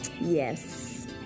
yes